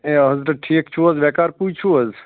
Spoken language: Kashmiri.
ہے حظرت ٹھیٖک چھُو حظ ویکار پُج چھٔو حظ